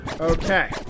Okay